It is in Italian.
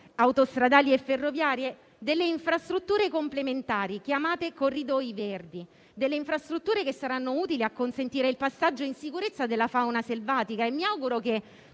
autostradali e ferroviarie, infrastrutture complementari chiamate corridoi verdi; delle infrastrutture che saranno utili a consentire il passaggio in sicurezza della fauna selvatica. Mi auguro che,